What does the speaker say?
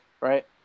right